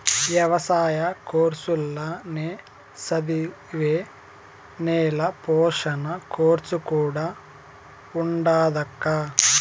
ఎవసాయ కోర్సుల్ల నే చదివే నేల పోషణ కోర్సు కూడా ఉండాదక్కా